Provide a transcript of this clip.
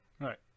right